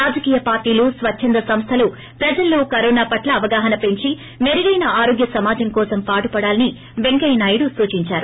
రాజకీయ పార్టీలు స్వచ్చంద సంస్థలు ప్రజల్లో కరోనా పట్ల అవగాహన పెంచి మెరుగైన ఆరోగ్య సమాజం కోసం పాటుపడాలని పెంకయ్యనాయుడు సూచించారు